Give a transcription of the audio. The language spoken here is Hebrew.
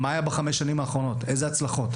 מה היה בחמש השנים האחרונות, איזה הצלחות?